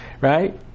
Right